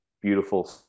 beautiful